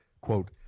quote